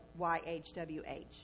YHWH